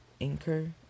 anchor